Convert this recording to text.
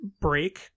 break